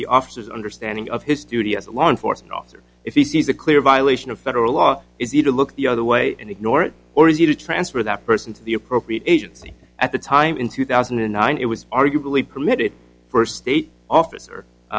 the officers understanding of his duty as a law enforcement officer if he sees a clear violation of federal law is he to look the other way and ignore it or is he to transfer that person to the appropriate agency at the time in two thousand and nine it was arguably permitted for state officer